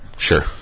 Sure